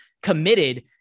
committed